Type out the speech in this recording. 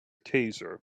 taser